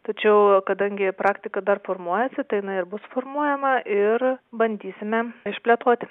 tačiau kadangi praktika dar formuojasi tai jinai ir bus formuojama ir bandysime išplėtoti